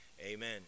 Amen